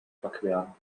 überqueren